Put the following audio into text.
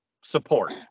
support